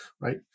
Right